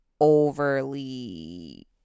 overly